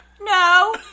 No